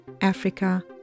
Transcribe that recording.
Africa